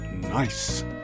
Nice